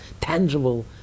tangible